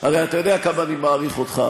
הרי אתה יודע כמה אני מעריך אותך,